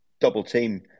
double-team